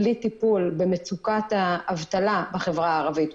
בלי טיפול במצוקת האבטלה בחברה הערבית,